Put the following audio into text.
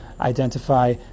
identify